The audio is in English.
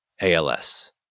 ALS